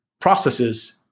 processes